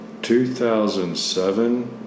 2007